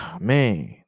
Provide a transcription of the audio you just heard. man